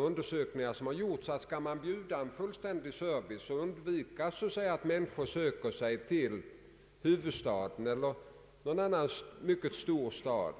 Undersökningar som har gjorts visar att skall vi undvika att människor söker sig till huvudstaden eller någon annan stor stad,